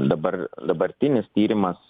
dabar dabartinis tyrimas